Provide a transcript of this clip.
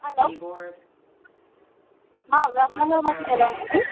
हलो मां उल्हासनगर मां थी ॻाल्हायां दीदी